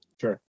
Sure